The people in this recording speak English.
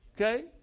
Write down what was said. Okay